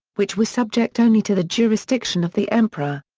which were subject only to the jurisdiction of the emperor.